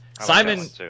Simon